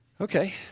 Okay